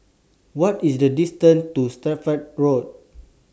What IS The distance to Suffolk Road